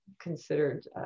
considered